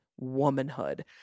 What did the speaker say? womanhood